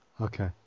Okay